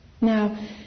Now